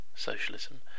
Socialism